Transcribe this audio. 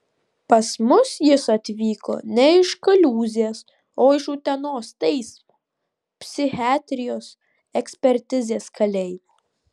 pas mus jis atvyko ne iš kaliūzės o iš utenos teismo psichiatrijos ekspertizės kalėjimo